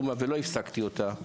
מה המועצה הזו עשתה?